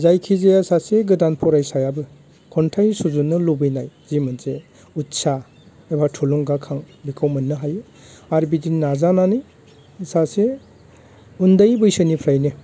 जायखि जाया सासे गोदान फरायसायाबो खन्थाइ सुजुनो लुगैनाय जि मोनसे उथ्सा एबा थुलुंगाखां बेखौ मोननो हायो आरो बिदि नाजानानै सासे उन्दै बैसोनिफ्रायनो